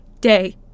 day